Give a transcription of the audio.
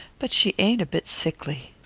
but she ain't a bit sickly.